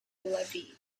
levi